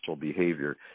behavior